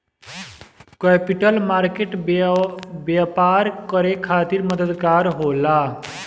capital market व्यापार करे खातिर मददगार होला